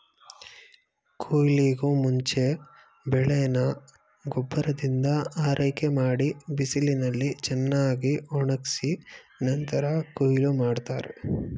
ಕುಯ್ಲಿಗೂಮುಂಚೆ ಬೆಳೆನ ಗೊಬ್ಬರದಿಂದ ಆರೈಕೆಮಾಡಿ ಬಿಸಿಲಿನಲ್ಲಿ ಚೆನ್ನಾಗ್ಒಣುಗ್ಸಿ ನಂತ್ರ ಕುಯ್ಲ್ ಮಾಡ್ತಾರೆ